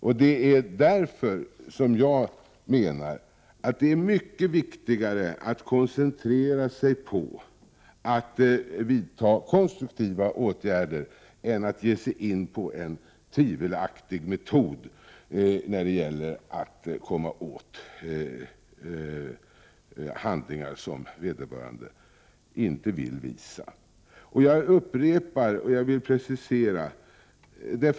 Jag menar därför att det är mycket viktigare att koncentrera sig på att vidta konstruktiva åtgärder än att ge sig in på en tvivelaktig metod när det gäller att komma åt handlingar som vederbörande inte vill visa. Jag upprepar och vill precisera några punkter.